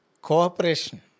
cooperation